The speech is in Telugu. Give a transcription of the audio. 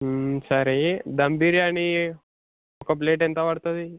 సరే దమ్ బిర్యానీ ఒక ప్లేట్ ఎంత పడుతుంది